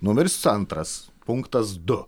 numeris antras punktas du